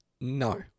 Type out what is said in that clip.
No